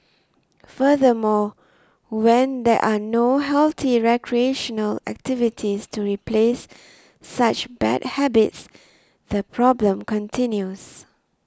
furthermore when there are no healthy recreational activities to replace such bad habits the problem continues